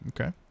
Okay